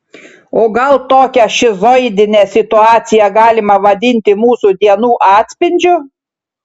o gal tokią šizoidinę situaciją galima vadinti mūsų dienų atspindžiu